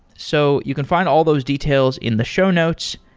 so you can find all those details in the show notes.